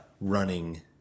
running